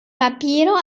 papiro